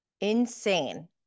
Insane